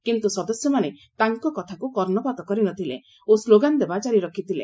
କିନ୍ତୁ ସଦସ୍ୟମାନେ ତାଙ୍କ କଥାକୁ କର୍ଷପାତ କରି ନ ଥିଲେ ଓ ସ୍ଲୋଗାନ ଦେବା ଜାରି ରଖିଥିଲେ